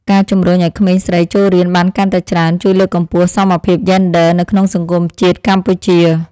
ការជំរុញឱ្យក្មេងស្រីចូលរៀនបានកាន់តែច្រើនជួយលើកកម្ពស់សមភាពយេនឌ័រនៅក្នុងសង្គមជាតិកម្ពុជា។